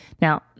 Now